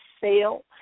sale